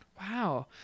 Wow